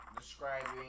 describing